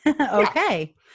Okay